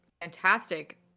fantastic